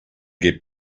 get